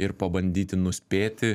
ir pabandyti nuspėti